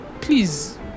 please